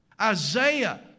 Isaiah